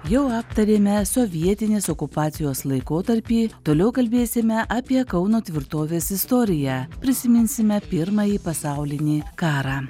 jau aptarėme sovietinės okupacijos laikotarpį toliau kalbėsime apie kauno tvirtovės istoriją prisiminsime pirmąjį pasaulinį karą